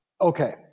Okay